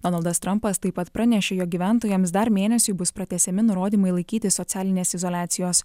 donaldas trampas taip pat pranešė jo gyventojams dar mėnesiui bus pratęsiami nurodymai laikytis socialinės izoliacijos